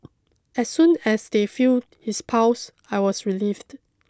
as soon as they feel his pulse I was relieved